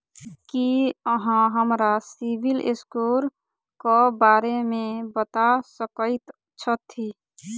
की अहाँ हमरा सिबिल स्कोर क बारे मे बता सकइत छथि?